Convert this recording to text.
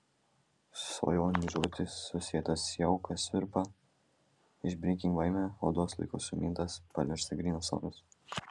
svajonių žiotys susėtas jaukas virpa išbrinkink baimę odos laiku sumintas parvirsta grynas oras